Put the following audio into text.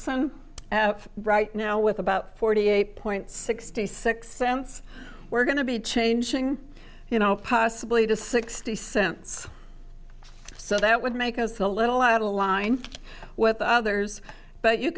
some right now with about forty eight point sixty six cents we're going to be changing you know possibly to sixty cents so that would make us a little outta line with others but you